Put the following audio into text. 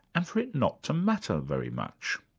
and for it not to matter very much.